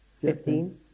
Fifteen